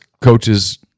coaches